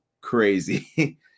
Crazy